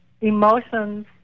emotions